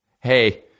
Hey